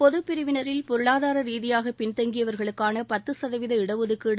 பொதுப்பிரிவினில் பொருளாதார ரீதியாக பின்தங்கியவர்களுக்கான பத்து சதவீத இடஒதுக்கீடு